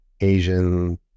Asian